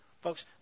Folks